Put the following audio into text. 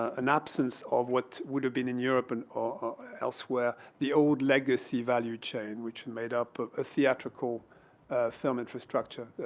ah an absence of what would have been in europe and or elsewhere, the old legacy value chain which made up a theatrical film infrastructure,